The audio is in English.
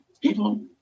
people